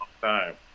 time